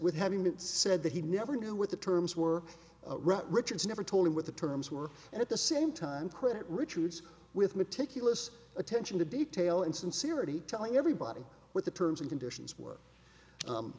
with having said that he never knew what the terms were ret richards never told him what the terms were and at the same time credit richards with meticulous attention to detail insincerity telling everybody what the terms and conditions were